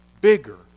bigger